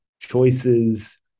choices